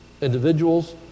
individuals